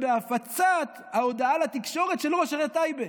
ובהפצת ההודעה לתקשורת של ראש עיריית טייבה.